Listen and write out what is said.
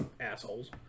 Assholes